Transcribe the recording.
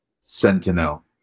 Sentinel